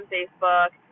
Facebook